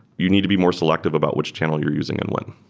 you need to be more selective about which channel you're using and when.